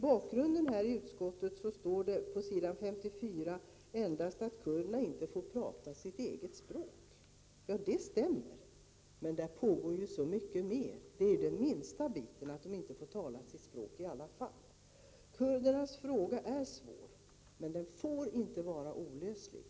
På s. 34 i utskottsbetänkandet under avsnittet om mänskliga rättigheter i Turkiet, bakgrunden, står det att kurderna inte får tala sitt eget språk. Det stämmer, men där pågår ju så mycket mer. Att de inte får tala sitt språk är det minsta problemet. Kurdernas fråga är svår, men den får inte vara olöslig.